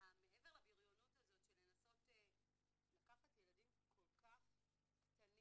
אבל מעבר לבריונות הזאת של לנסות לקחת ילדים כל כך קטנים,